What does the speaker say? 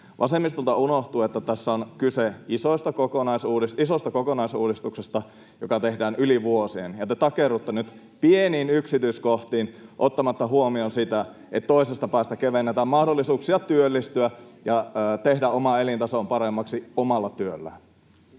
Vasemmistolta unohtuu, että tässä on kyse isosta kokonaisuudistuksesta, joka tehdään yli vuosien. Te takerrutte nyt pieniin yksityiskohtiin ottamatta huomioon sitä, että toisesta päästä kevennetään mahdollisuuksia työllistyä ja tehdä omaa elintasoa paremmaksi omalla työllä.